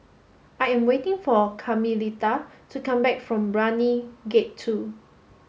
I am waiting for Carmelita to come back from Brani Gate two